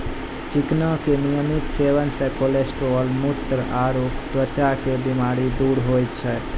चिकना के नियमित सेवन से कोलेस्ट्रॉल, मुत्र आरो त्वचा के बीमारी दूर होय छै